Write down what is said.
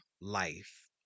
life